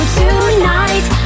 tonight